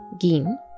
gin